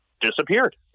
disappeared